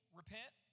repent